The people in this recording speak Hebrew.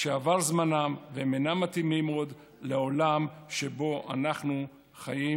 שעבר זמנם והם אינם מתאימים עוד לעולם שבו אנחנו חיים,